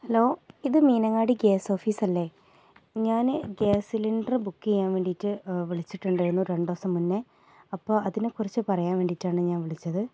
hello ഇത് Meenangadi gas office അല്ലേ ഞാൻ ഗ്യാസ് സിലിണ്ടറ് ബുക്ക് ചെയ്യാൻ വേണ്ടിയിട്ട് വിളിച്ചിട്ടുണ്ടായിരുന്നു രണ്ടു ദിവസം മുന്നേ അപ്പം അതിനെക്കുറിച്ചു പറയാൻ വേണ്ടിയിട്ടാണ് ഞാൻ വിളിച്ചത്